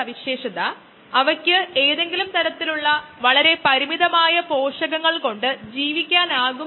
അവിടെയാണ് നമ്മൾ ശ്രദ്ധ കേന്ദ്രീകരിക്കാൻ പോകുന്നത്